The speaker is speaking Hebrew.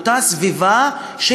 מאותה סביבה,